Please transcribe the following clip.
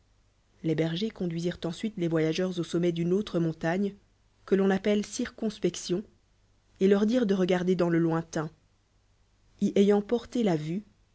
les bergers conduisirent ensuite les voyageurs an sommet d'une autre montagne que l'on appelle ciréonspection et leur dirent de regarder dans le lointain y ayant porté la vue